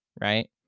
right